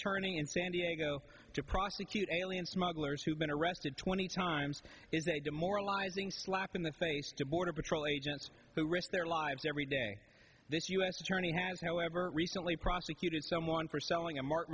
attorney in san diego to prosecute alien smugglers who've been arrested many times is a demoralizing slap in the face to border patrol agents who risk their lives every day this us attorney has however recently prosecuted someone for selling a mar